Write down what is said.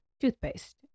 toothpaste